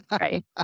Right